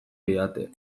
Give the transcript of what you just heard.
didate